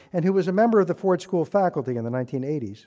and who was a member of the ford school faculty in the nineteen eighty s,